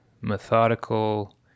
methodical